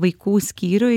vaikų skyriuj